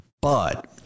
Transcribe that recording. But-